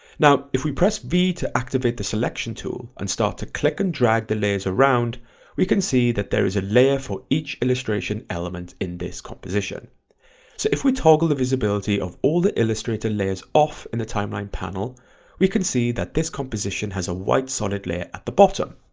now if we press v to activate the selection tool and start to click and drag the layers around we can see that there is a layer for each illustration element in this composition. so if we toggle the visibility of all the illustrator layers off in the timeline panel we can see that this composition has a white solid layer at the bottom.